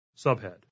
Subhead